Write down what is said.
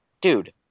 Dude